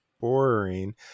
boring